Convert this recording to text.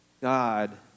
God